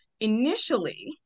initially